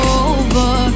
over